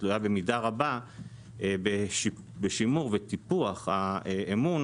תלויה במידה רבה בשימור ובטיפוח אמון